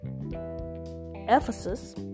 Ephesus